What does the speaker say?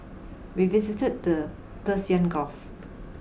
we visited the Persian Gulf